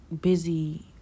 busy